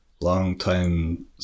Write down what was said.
long-time